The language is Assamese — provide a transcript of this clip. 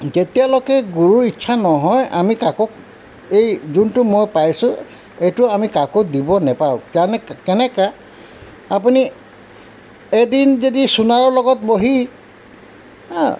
যেতিয়ালৈকে গুৰু ইচ্ছা নহয় আমি কাকো এই যোনটো মই পাইছোঁ এইটো আমি কাকো দিব নাপাওঁ কাৰণ কেনেকা আপুনি এদিন যদি সোণাৰৰ লগত বহি হাঁ